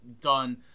done